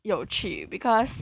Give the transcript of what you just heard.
有趣 because